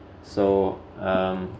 so um